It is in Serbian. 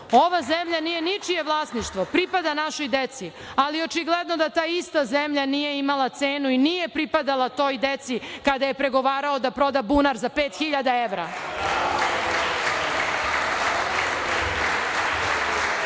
ova zemlja nije ničije vlasništvo, pripada našoj deci“, ali očigledno da ta ista zemlja nije imala cenu i nije pripadala toj deci kada je pregovarao da proda bunar za 5.000 evra.